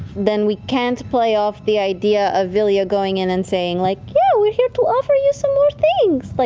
then we can't play off the idea of vilya going in and saying, like, yeah, we're here to offer you some more things. like